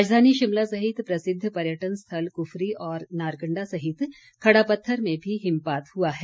राजधानी शिमला सहित प्रसिद्व पर्यटक स्थल कुफरी व नारकंडा सहित खड़ापत्थर में भी हिमपात हुआ है